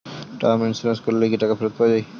Term insurance করলে কি টাকা ফেরত পাওয়া যায়?